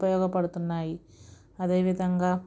ఉపయోగపడుతున్నాయి అదేవిధంగా